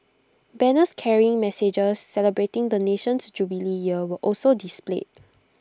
banners carrying messages celebrating the nation's jubilee year were also displayed